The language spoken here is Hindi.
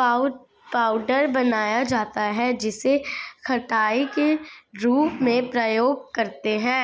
पाउडर बनाया जाता है जिसे खटाई के रूप में प्रयोग करते है